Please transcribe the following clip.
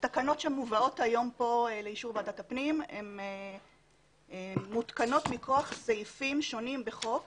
התקנות שמובאות כאן לאישור ועדת הפנים מותקנות מכוח סעיפים שונים בחוק